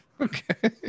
Okay